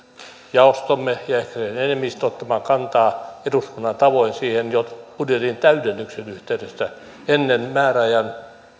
jaostomme ja ehkä sen enemmistö ottamaan kantaa eduskunnan tavoin siihen jo budjetin täydennyksen yhteydessä ennen määräajan